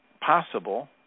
possible